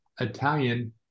Italian